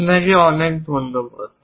আপনাকে অনেক ধন্যবাদ